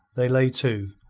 they lay to,